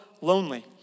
lonely